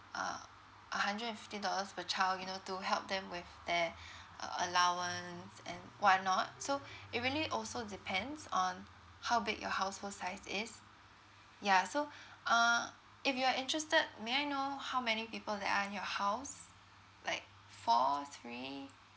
uh a hundred and fifty dollars per child you know to help them with their uh allowance and whatnot so it really also depends on how big your household size is ya so uh if you are interested may I know how many people there are in your house like four three